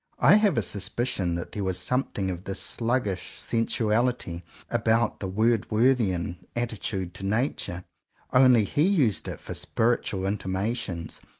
i have a suspicion that there was something of this sluggish sensuality about the word worthian attitude to nature only he used it for spiritual intimations,